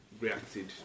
reacted